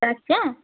রাখছি হ্যাঁ